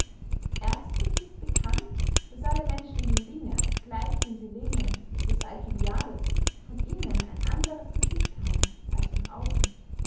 erstlich ist bekannt daß alle menschliche dinge gleich den silenen des alcibiades von innen ein anderes gesicht haben als von aussen